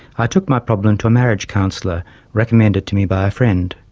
i took my problem to a marriage counsellor recommended to me by a friend,